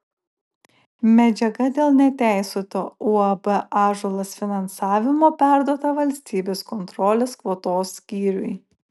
medžiaga dėl neteisėto uab ąžuolas finansavimo perduota valstybės kontrolės kvotos skyriui